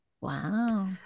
Wow